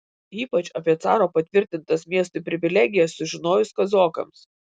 ypač apie caro patvirtintas miestui privilegijas sužinojus kazokams